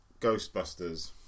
Ghostbusters